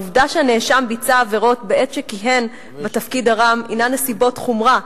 העובדה שהנאשם ביצע עבירות בעת שכיהן בתפקיד הרם הינה נסיבת חומרה,